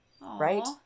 Right